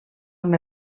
amb